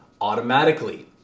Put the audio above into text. automatically